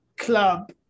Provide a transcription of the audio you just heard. club